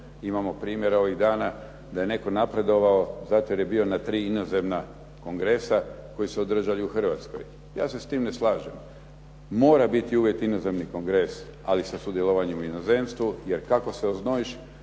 Imamo primjere ovih dana da je netko napredovao zato jer je bio na tri inozemna kongresa koji su se održali u Hrvatskoj. Ja se s time ne slažem. Mora biti uvjet inozemni kongres ali sa sudjelovanjem u inozemstvu jer kako se oznojiš